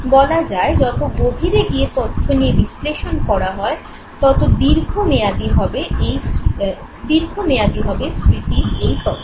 বলা যায় যত গভীরে গিয়ে তথ্য নিয়ে বিশ্লেষণ করা হয় তত দীর্ঘমেয়াদি হবে স্মৃতির এই তথ্য